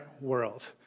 world